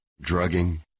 drugging